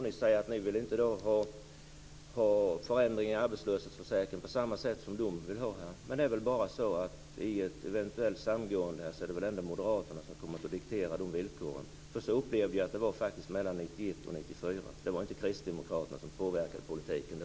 Ni säger att ni inte vill ha förändringar i arbetslöshetsförsäkringen på samma sätt som de, men i ett eventuellt samgående är det väl moderaterna som kommer att diktera villkoren. Så upplevde jag att det var mellan 1991 och 1994. Det var inte kristdemokraterna som påverkade politiken då.